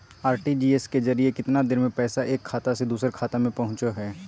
RTGS के जरिए कितना देर में पैसा एक खाता से दुसर खाता में पहुचो है?